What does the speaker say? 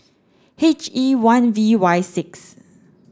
H E one V Y six